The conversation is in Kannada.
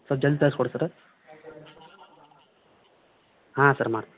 ಸ್ವಲ್ಪ ಜಲ್ದಿ ತರ್ಸಿ ಕೊಡಿ ಸರ್ರ ಹಾಂ ಸರ್ ಮಾಡಿ